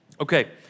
Okay